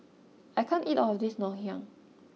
I can't eat all of this Ngoh Hiang